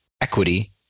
equity